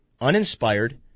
uninspired